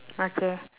okay